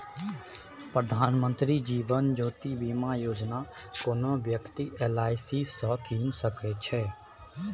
प्रधानमंत्री जीबन ज्योती बीमा योजना कोनो बेकती एल.आइ.सी सँ कीन सकै छै